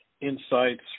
insights